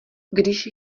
když